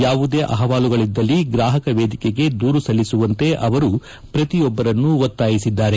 ಯಾವುದೇ ಅಹವಾಲುಗಳದ್ದಲ್ಲಿ ಗ್ರಾಹಕ ವೇದಿಕೆಗೆ ದೂರು ಸಲ್ಲಿಸುವಂತೆ ಅವರು ಪ್ರತಿಯೊಬ್ಬರನ್ನು ಒತ್ತಾಯಿಸಿದ್ದಾರೆ